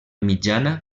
mitjana